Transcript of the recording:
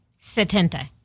setenta